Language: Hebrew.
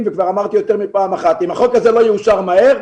וכבר אמרתי יותר מפעם אחת שאם החוק הזה לא יאושר מהר,